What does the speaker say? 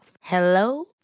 Hello